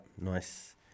nice